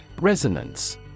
Resonance